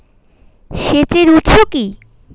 সেচের উৎস কি?